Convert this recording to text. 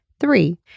Three